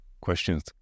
questions